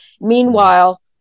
Meanwhile